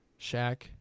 Shaq